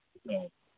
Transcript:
ꯑꯣ